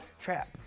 trap